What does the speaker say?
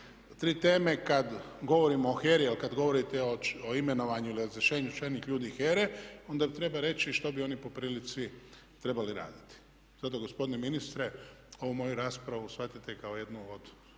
tri teme kad govorimo o HERA-i, jer kad govorite o imenovanju ili o razrješenju čelnih ljudi HERA-e onda treba reći što bi oni po prilici trebali raditi. Zato gospodine ministre ovu moju raspravu shvatite kao jednu od